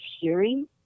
hearing